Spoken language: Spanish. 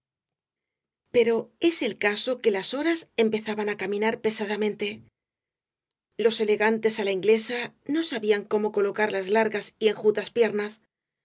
pero es el caso que las horas empezaban á caminar pesadamente los elegantes á la inglesa no sabían cómo colocar las largas y enjutas piernas